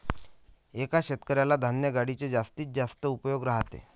एका शेतकऱ्याला धान्य गाडीचे जास्तच उपयोग राहते